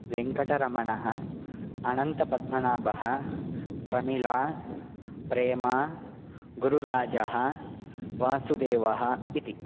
वेङ्कटरमणः अनन्तपद्मनाभः प्रमिळा प्रेमा गुरुराजः वासुदेवः इति